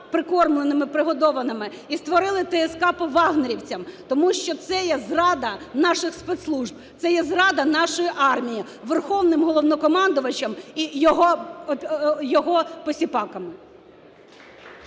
прикормленими, пригодованими і створили ТСК по "вагнерівцям", тому що це є зрада наших спецслужб, це є зрада нашої армії Верховним Головнокомандувачем і його посіпаками.